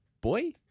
boy